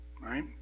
Right